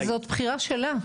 אבל זאת בחירה שלה,